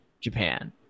Japan